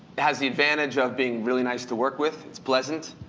has the advantage of being really nice to work with. it's pleasant.